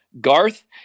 Garth